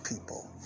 people